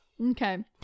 Okay